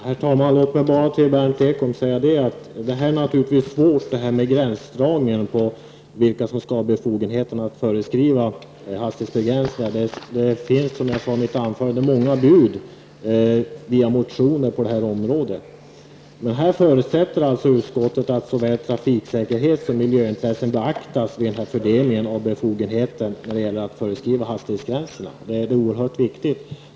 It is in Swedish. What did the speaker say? Herr talman! Låt mig bara säga till Berndt Ekholm att gränsdragningen naturligtvis är svår när det gäller att bestämma vem som skall ha befogenheten att föreskriva hastighetsbegränsningar. Som jag sade i mitt anförande har det på det här området framlagts många bud i motioner. Utskottet förutsätter alltså att såväl trafiksäkerhet som miljöintressen beaktas vid fördelningen av befogenheter när det gäller att föreskriva hastighetsgränserna. Det är oerhört viktigt.